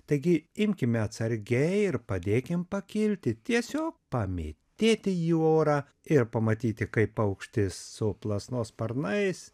taigi imkime atsargiai ir padėkim pakilti tiesiog pamėtėti į orą ir pamatyti kaip paukštis suplasnos sparnais